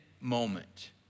moment